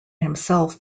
himself